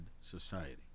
society